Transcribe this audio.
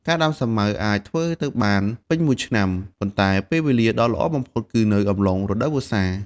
ការដាំសាវម៉ាវអាចធ្វើទៅបានពេញមួយឆ្នាំ ប៉ុន្តែពេលវេលាដ៏ល្អបំផុតគឺនៅអំឡុងរដូវវស្សា។